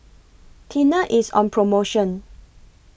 Tena IS on promotion